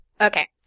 Okay